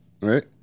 right